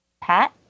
Pat